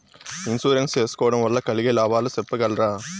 Insurance సేసుకోవడం వల్ల కలిగే లాభాలు సెప్పగలరా?